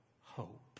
hope